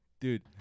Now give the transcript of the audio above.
Dude